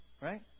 Right